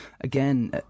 again